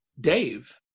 Dave